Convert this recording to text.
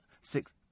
Six